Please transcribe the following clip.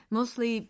Mostly